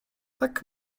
tak